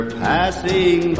passing